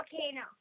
volcano